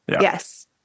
Yes